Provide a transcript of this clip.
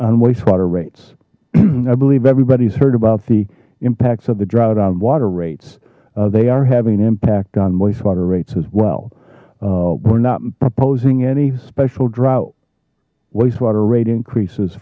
on wastewater rates i believe everybody's heard about the impacts of the drought on water rates they are having an impact on moi's water rates as well we're not proposing any special drought wastewater rate increases